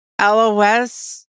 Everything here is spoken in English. LOS